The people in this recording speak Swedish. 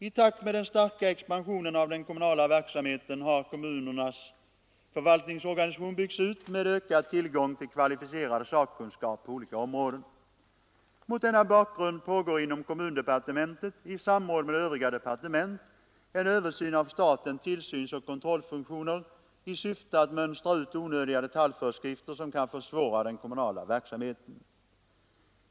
I takt med den starka expansionen av den kommunala verksamheten har kommunernas förvaltningsorganisation byggts ut med ökad tillgång till kvalificerad sakkunskap på olika områden. Mot denna bakgrund pågår inom kommundepartementet i samråd med övriga departement en översyn av statens tillsynsoch kontrollfunktioner i syfte att mönstra ut onödiga detaljföreskrifter som kan försvåra den kommunala verksamheten.